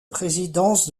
présidence